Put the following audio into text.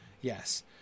Yes